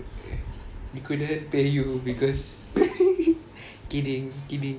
we couldn't pay you because kidding kidding